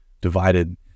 divided